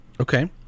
Okay